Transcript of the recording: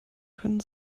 können